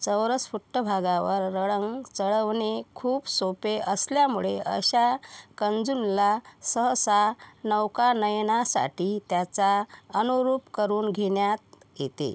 चौरस पृष्ठभागावर रळंग चढवणे खूप सोपे असल्यामुळे अशा कन्जुमला सहसा नौकानयनासाठी त्याचा अनुरूप करून घेण्यात येते